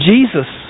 Jesus